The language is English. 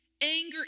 Anger